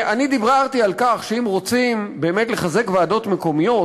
אני דיברתי על כך שאם רוצים באמת לחזק ועדות מקומיות,